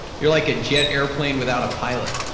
you're like a jet airplane without a pilot.